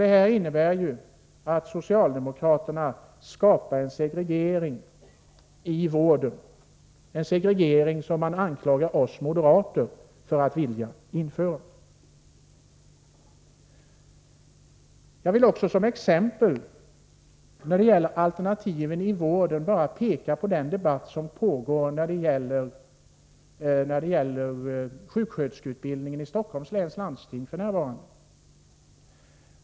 Det innebär att socialdemokraterna skapar en segregering i vården, en segregering som de anklagar oss moderater för att vilja införa. När det gäller alternativen i vården vill jag som exempel bara peka på den debatt som f. n. pågår om sjuksköterskeutbildningen i Stockholms läns landsting.